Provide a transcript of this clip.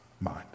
mind